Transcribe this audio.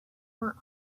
were